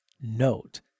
note